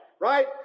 Right